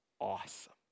awesome